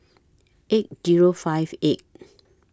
eight Zero five eight